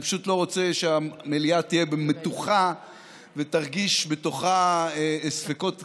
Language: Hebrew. אני פשוט לא רוצה שהמליאה תהיה מתוחה ותרגיש בתוכה ספקות קשים,